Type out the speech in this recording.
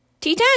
T10